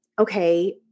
okay